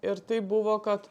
ir tai buvo kad